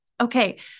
Okay